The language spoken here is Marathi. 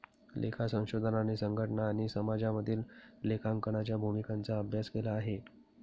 लेखा संशोधनाने संघटना आणि समाजामधील लेखांकनाच्या भूमिकांचा अभ्यास केला आहे